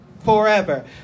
forever